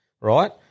right